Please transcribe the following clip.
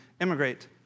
immigrate